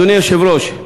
אדוני היושב-ראש,